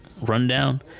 rundown